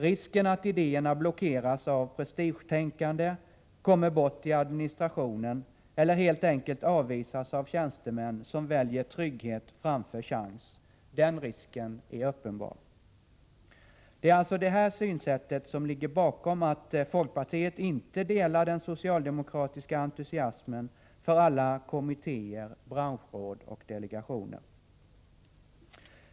Risken att idéerna blockeras av prestigetänkande, kommer bort i administrationen eller helt enkelt avvisas av tjänstemän som väljer trygghet framför chans är uppenbar. Det är alltså det här synsättet som ligger bakom att folkpartiet inte delar den socialdemokratiska entusiasmen för alla kommittéer, branschråd och delegationer.